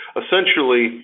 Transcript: essentially